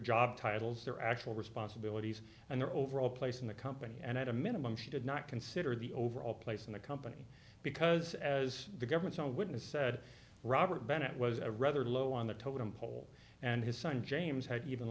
job titles their actual responsibilities and their overall place in the company and at a minimum she did not consider the overall place in the company because as the government's own witness said robert bennett was a rather low on the totem pole and his son james had even